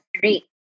great